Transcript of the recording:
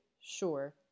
sure